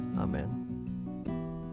Amen